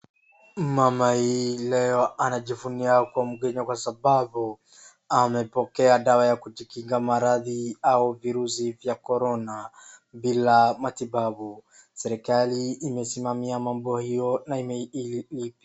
Mama huyu leo anajivunia kuwa mkenya kwa sababu amepokea dawa ya kujikinga maradhi au virusi vya korona bil matibabu. Serikali imesimamia mambo hiyo na.